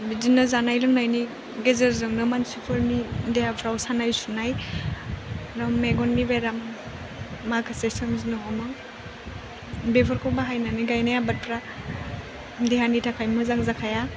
बिदिनो जानाय लोंनायनि गेजेरजोंनो मानसिफोरनि देहाफ्राव सानाय सुनाय मेगननि बेराम माखासे सोमजिनो हमो बेफोरखौ बाहायनानै गायनाय आबादफ्रा देहानि थाखाय मोजां जाखाया